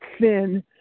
thin